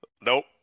Nope